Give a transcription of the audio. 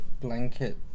blanket